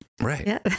Right